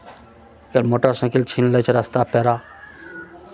कोइ मोटरसाइकिल छीन लै छै रस्ता पेरा